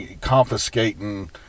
confiscating